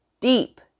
deep